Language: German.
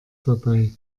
dabei